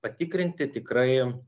patikrinti tikrai